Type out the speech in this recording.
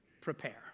prepare